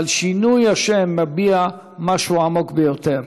אבל שינוי השם מביע משהו עמוק ביותר,